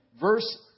verse